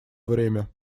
время